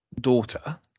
daughter